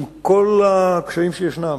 עם כל הקשיים שישנם,